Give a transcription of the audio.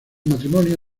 matrimonio